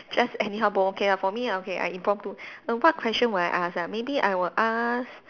just anyhow bomb okay lah for me okay I impromptu err what question will I ask ah maybe I will ask